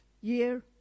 year